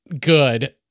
good